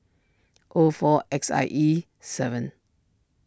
O four X I E seven